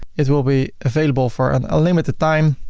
it will be available for an unlimited time.